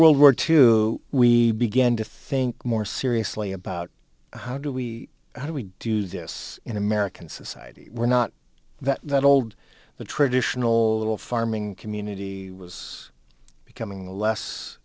world war two we began to think more seriously about how do we how do we do this in american society we're not that old the traditional little farming community was becoming less